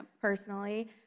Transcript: personally